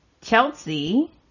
Chelsea